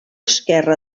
esquerre